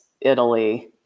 Italy